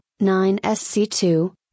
9SC2